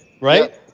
right